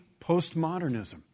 postmodernism